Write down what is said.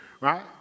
right